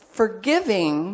forgiving